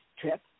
trip